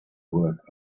work